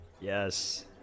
yes